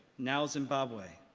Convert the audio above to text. now zimbabwe.